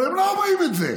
אבל הם לא אומרים את זה,